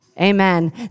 Amen